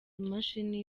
imashini